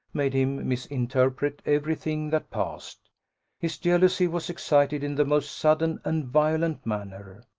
made him misinterpret every thing that passed his jealousy was excited in the most sudden and violent manner.